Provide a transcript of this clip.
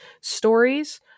stories